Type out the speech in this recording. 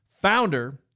Founder